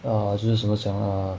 err 就是怎么讲 err